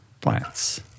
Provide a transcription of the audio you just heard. plants